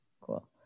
cool